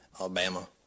Alabama